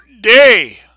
day